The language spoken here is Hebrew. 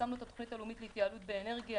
פרסמנו את התוכנית הלאומית להתייעלות באנרגיה,